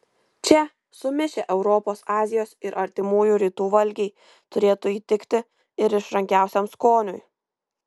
čia sumišę europos azijos ir artimųjų rytų valgiai turėtų įtikti ir išrankiausiam skoniui